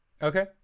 Okay